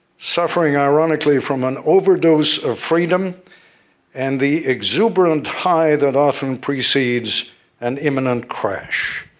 suffering, ironically, from an overdose of freedom and the exuberant high that often precedes an imminent crash.